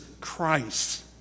Christ